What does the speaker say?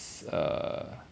uh